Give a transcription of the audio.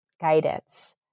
guidance